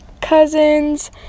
cousins